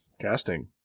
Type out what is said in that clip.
Casting